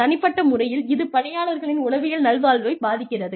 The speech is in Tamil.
தனிப்பட்ட முறையில் இது பணியாளர்களின் உளவியல் நல்வாழ்வைப் பாதிக்கிறது